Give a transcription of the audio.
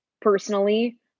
personally